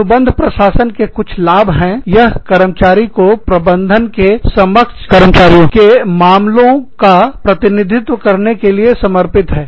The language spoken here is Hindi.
अनुबंध प्रशासन के कुछ लाभ हैं यह कर्मचारी को प्रबंधन के समक्ष के मामलों का प्रतिनिधित्व करने के लिए समर्पित है